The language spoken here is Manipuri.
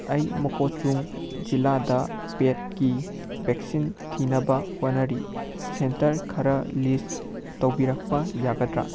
ꯑꯩ ꯃꯀꯣꯆꯨꯡ ꯖꯤꯜꯂꯥꯗ ꯄꯦꯗꯀꯤ ꯚꯦꯛꯁꯤꯟ ꯊꯤꯅꯕ ꯍꯣꯠꯅꯔꯤ ꯁꯦꯟꯇꯔ ꯈꯔ ꯂꯤꯁ ꯇꯧꯕꯤꯔꯛꯄ ꯌꯥꯒꯗ꯭ꯔꯥ